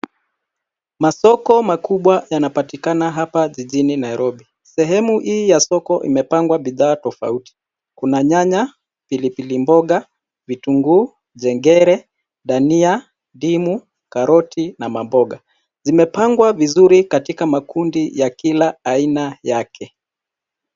Masoko makubwa yanapatikana hapa jijini Nairobi. Sehemu hii ya soko imepangwa bidhaa tofauti. Kuna nyanya, pilipili mboga, vitunguu, zengere, dania ,karoti na mamboga. Zimepangwa vizuri katika makundi ya Kila aina yake.